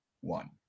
one